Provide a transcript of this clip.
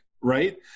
right